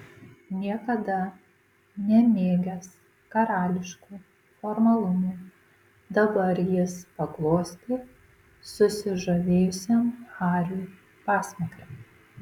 niekada nemėgęs karališkų formalumų dabar jis paglostė susižavėjusiam hariui pasmakrę